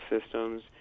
systems